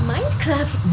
Minecraft